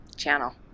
channel